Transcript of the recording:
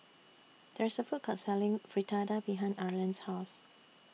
There IS A Food Court Selling Fritada behind Arland's House